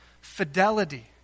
Fidelity